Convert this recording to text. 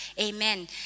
Amen